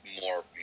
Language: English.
more